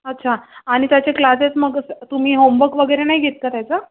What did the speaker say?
अच्छा आणि त्याचे क्लासेस मग तुम्ही होमवक वगैरे नाही घेत का त्याचं